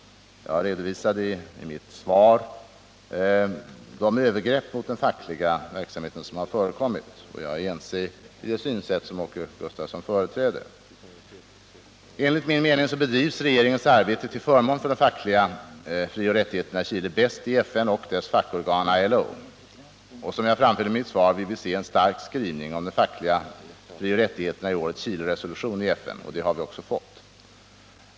Jag redovisade i mitt svar de övergrepp mot den fackliga verksamheten som har förekommit, och jag har här samma synsätt som Åke Gustavsson företräder. Enligt min mening bedrivs regeringens arbete till förmån för de fackliga frioch rättigheterna i Chile bäst i FN och dess fackorgan ILO. Som jag framhöll i svaret ville vi se en stark skrivning om de fackliga frioch rättigheterna i årets Chileresolution i FN, och det har vi också fått.